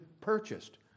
purchased